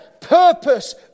purpose